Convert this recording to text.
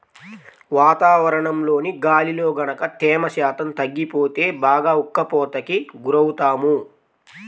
వాతావరణంలోని గాలిలో గనక తేమ శాతం తగ్గిపోతే బాగా ఉక్కపోతకి గురవుతాము